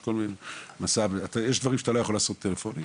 יש כל מיני דברים שאתה לא יכול לעשות טלפונית.